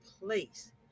place